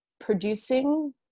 producing